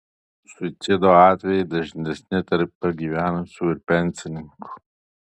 suicido atvejai dažnesni tarp pagyvenusiųjų ir pensininkų